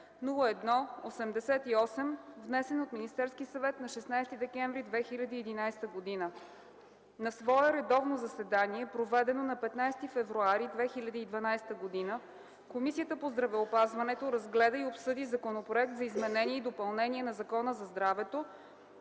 102-01-88, внесен от Министерския съвет на 16 декември 2011 г. На свое редовно заседание, проведено на 15 февруари 2012 г., Комисията по здравеопазването разгледа и обсъди Законопроект за изменение и допълнение на Закона за здравето,